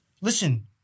listen